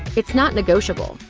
it's not negotiable.